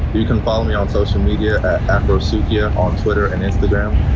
you can follow me on social media at afrosuchia on twitter and instagram.